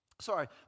sorry